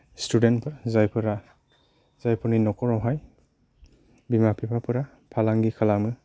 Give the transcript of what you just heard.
student फोर जायफोरा जायफोरनि न'खरावहाय बिमा बिफाफोरा फालांगि खालामो